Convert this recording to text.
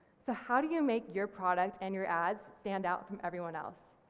so how do you make your product and your ads stand out from everyone else?